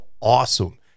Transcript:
awesome